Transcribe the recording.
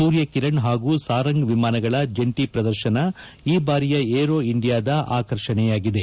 ಸೂರ್ಯ ಕಿರಣ್ ಹಾಗೂ ಸಾರಂಗ್ ವಿಮಾನಗಳ ಜಂಟಿ ಪ್ರದರ್ಶನ ಈ ಬಾರಿಯ ಏರೋ ಇಂಡಿಯಾದ ಆಕರ್ಷಣೆಯಾಗಿದೆ